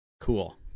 Cool